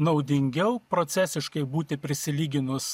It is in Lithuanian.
naudingiau procesiškai būti prisilyginus